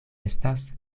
estas